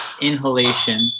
inhalation